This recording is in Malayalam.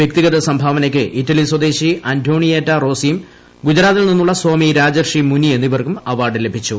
വ്യക്തിഗത സംഭാവനയ്ക്ക് ഇറ്റലിസ്വദേശി അന്റോണിയേറ്റാ റോസിയും ഗുജറാത്തിൽ നിന്നുള്ള സ്വാമി രാജർഷി മുനി എന്നിവർക്കും അവാർഡ് ലഭിച്ചു